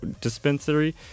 dispensary